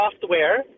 software